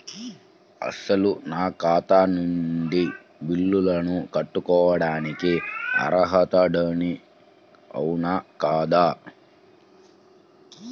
అసలు నా ఖాతా నుండి బిల్లులను కట్టుకోవటానికి అర్హుడని అవునా కాదా?